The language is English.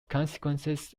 consequences